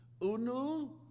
Unu